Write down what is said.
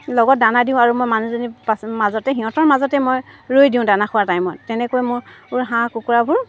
লগত দানা দিওঁ আৰু মই মানুহজনী পাছত মাজতে সিহঁতৰ মাজতে মই ৰৈ দিওঁ দানা খোৱাৰ টাইমত তেনেকৈ মোৰ হাঁহ কুকুৰাবোৰ